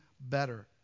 better